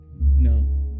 No